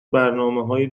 برنامههای